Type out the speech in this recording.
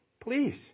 Please